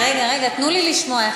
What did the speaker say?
תנו לי לשמוע.